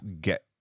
get